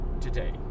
today